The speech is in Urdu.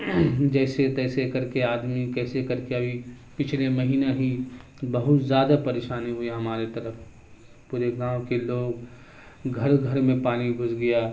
جیسے تیسے کر کے آدمی کیسے کر کے ابھی پچھلے مہینہ ہی بہت زیادہ پریشانی ہوئی ہمارے طرف پورے گاؤں کے لوگ گھر گھر میں پانی گھس گیا